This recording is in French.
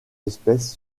espèces